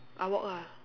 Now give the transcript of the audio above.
I walk ah